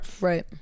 Right